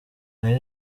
naho